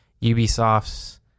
Ubisoft's